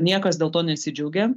niekas dėl to nesidžiaugia